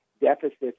deficits